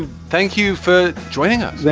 thank you for joining us.